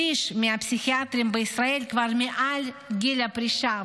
שליש מהפסיכיאטרים בישראל כבר מעל גיל הפרישה,